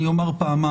אני אומר פעמיים,